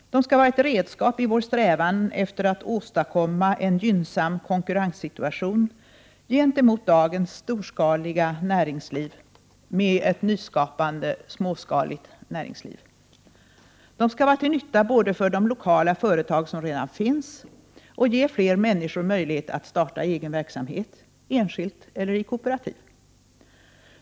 De skall vara ett redskap i vårt strävande efter att åstadkomma en gynnsam konkurrenssituation gentemot dagens storskaliga näringsliv, med ett nyskapande småskaligt näringsliv. De skall både vara till nytta för de lokala företag som redan finns och ge fler människor möjlighet att starta egen verksamhet, enskilt eller i kooperativ.